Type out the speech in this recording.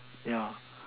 yeah